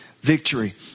victory